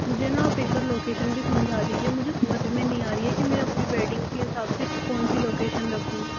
मुझे न आप एक बार लोकेशन भी समझा दीजिए मुझे समझ में नहीं आ रही है के मैं अपनी वैडिंग के हिसाब से कौन सी लोकेशन रखूँ